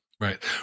right